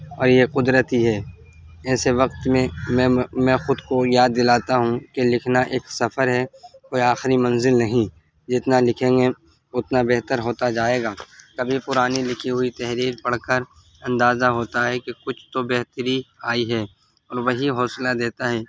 اور یہ قدرتی ہے ایسے وقت میں میں میں خود کو یاد دلاتا ہوں کہ لکھنا ایک سفر ہے کوئی آخری منزل نہیں جتنا لکھیں گے اتنا بہتر ہوتا جائے گا کبھی پرانی لکھی ہوئی تحریر پڑھ کر اندازہ ہوتا ہے کہ کچھ تو بہتری آئی ہے اور وہی حوصلہ دیتا ہے